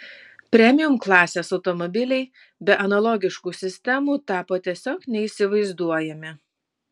premium klasės automobiliai be analogiškų sistemų tapo tiesiog neįsivaizduojami